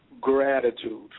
Gratitude